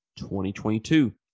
2022